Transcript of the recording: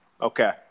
Okay